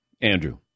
Andrew